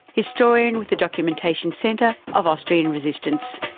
historian with the documentation centre of austrian resistance.